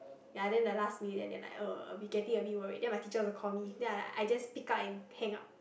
ya then the last minute then they like uh we getting a bit worried then my teacher also call me then I like I just pick up and hang up